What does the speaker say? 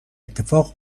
اتفاق